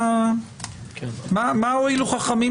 מה הועילו חכמים